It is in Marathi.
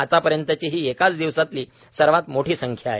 आजपर्यंतची ही एकाच दिवसातली सर्वात मोठी संख्या आहे